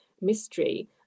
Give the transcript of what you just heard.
mystery